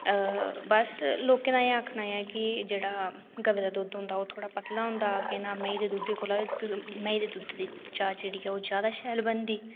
ते बस लोकें दा एह् आक्खना ऐ कि जेह्ड़ा गवै दा दुद्ध होंदा ओह् थोह्ड़ा पतला होंदा मेहीं दे दुद्धै कोला मेहीं दे दुद्धै दी चाह् जेह्ड़ी ऐ ओह् जादा शैल बनदी